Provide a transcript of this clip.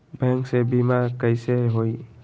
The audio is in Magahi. बैंक से बिमा कईसे होई?